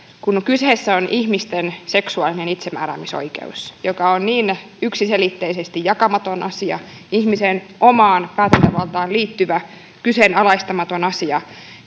kun kyseessä on ihmisten seksuaalinen itsemääräämisoikeus joka on yksiselitteisesti jakamaton asia ihmisen omaan päätäntävaltaan liittyvä kyseenalaistamaton asia